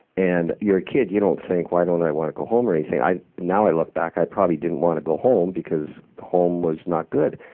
and you're a kid, you don't think, why don't i wanna go home? or anything. now i look back i probably didn't wanna go home because home was not good.